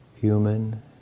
human